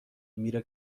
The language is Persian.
میره